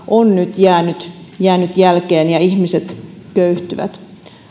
on nyt jäänyt jäänyt jälkeen ja ihmiset köyhtyvät